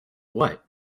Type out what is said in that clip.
what